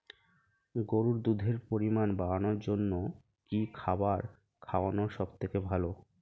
গরুর দুধের পরিমাণ বাড়ানোর জন্য কি খাবার খাওয়ানো সবথেকে ভালো?